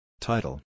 Title